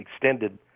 extended